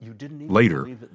Later